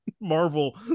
Marvel